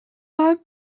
playing